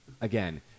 again